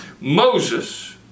Moses